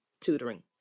tutoring